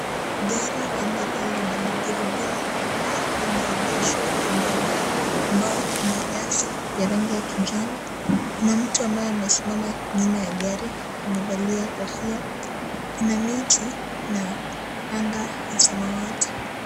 Gari ambalo lina magurudumu manne, imeegeshwa kwenye uwanja ambao una nyasi ya rangi ya kijani, na mtu ambaye amesimama nyuma ya gari amevalia kofia, kuna miti na anga ya samawati.